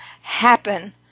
happen